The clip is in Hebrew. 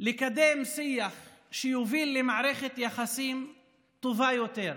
לקדם שיח שיוביל למערכת יחסים טובה יותר,